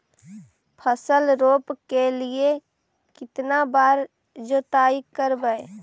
फसल रोप के लिय कितना बार जोतई करबय?